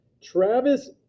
Travis